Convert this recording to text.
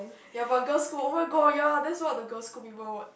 ya but girls school oh-my-god ya that's what the girls school people would